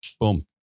boom